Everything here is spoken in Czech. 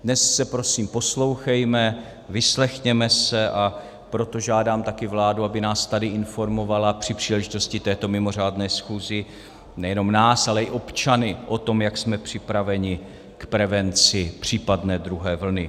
Dnes se prosím poslouchejme, vyslechněme se, a proto žádám také vládu, aby nás tady informovala při příležitosti této mimořádné schůze nejenom nás, ale i občany o tom, jak jsme připraveni k prevenci případné druhé vlny.